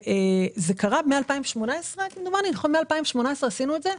זה קרה מ-2018 אז עשינו את זה.